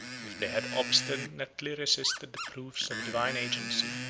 if they had obstinately resisted the proofs of a divine agency,